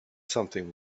something